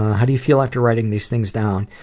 how do you feel after writing these things down?